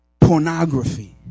pornography